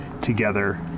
together